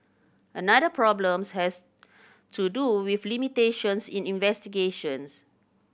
another problems has to do with limitations in investigations